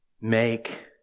make